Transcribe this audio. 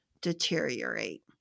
deteriorate